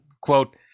quote